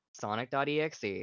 Sonic.exe